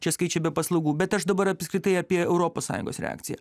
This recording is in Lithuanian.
šie skaičiai be paslaugų bet aš dabar apskritai apie europos sąjungos reakciją